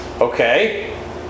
Okay